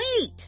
Wait